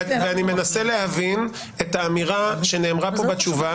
ואני מנסה להבין את האמירה שנאמרה פה בתשובה,